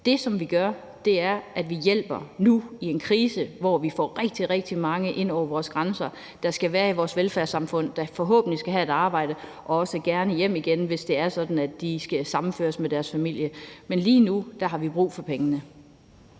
Det, som vi gør, er, at vi hjælper nu i en krise, hvor vi får rigtig, rigtig mange ind over vores grænser, der skal være i vores velfærdssamfund, og som forhåbentlig skal have et arbejde – og også gerne hjem igen, hvis det er sådan, at de skal sammenføres med deres familie. Men lige nu har vi brug for pengene.